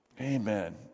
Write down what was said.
Amen